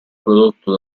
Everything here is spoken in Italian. prodotto